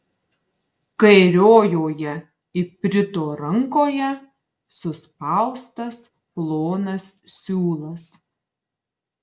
kairiojoje iprito rankoje suspaustas plonas siūlas